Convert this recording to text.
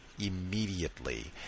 immediately